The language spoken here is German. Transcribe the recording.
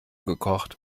gekocht